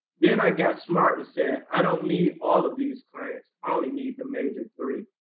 then i got smart and said, i don't need all of these clients, i only need the major three.